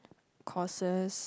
courses